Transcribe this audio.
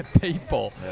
people